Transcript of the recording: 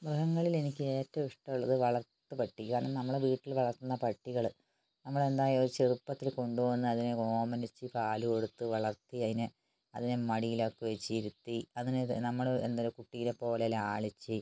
മൃഗങ്ങളിൽ എനിക്കേറ്റവും ഇഷ്ടമുള്ളത് വളർത്തു പട്ടി കാരണം നമ്മള് വീട്ടില് വളർത്തുന്ന പട്ടികള് നമ്മള് എന്താന്ന് ചോദിച്ചാൽ ചെറുപ്പത്തിൽ കൊണ്ടുവന്ന് അതിനെ ഓമനിച്ചു പാലുകൊടുത്ത് വളർത്തി അതിനെ അതിനെ മടിയിലൊക്കെ വച്ചിരുത്തി അതിനെ നമ്മള് എന്താ കുട്ടീനെ പോലെ ലാളിച്ച്